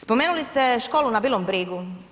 Spomenuli ste školu na Bilom Brigu.